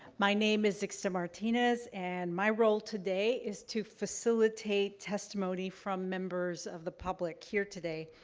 my name is zixta martinez, and my role today is to facilitate testimony from members of the public here today.